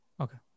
Okay